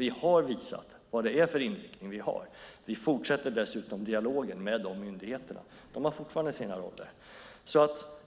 Vi har visat vilken inriktning vi har. Vi fortsätter dessutom dialogen med dessa myndigheter. De har fortfarande sina roller.